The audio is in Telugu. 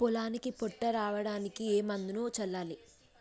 పొలానికి పొట్ట రావడానికి ఏ మందును చల్లాలి?